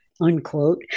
unquote